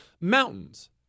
mountains